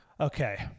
Okay